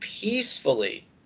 peacefully